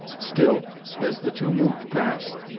still as the two moved past,